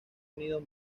unidos